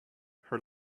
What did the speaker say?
her